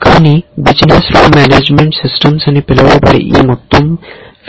కానీ business rule management systems అని పిలువబడే ఈ మొత్తం ఫీల్డ్ ఉంది